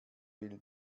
will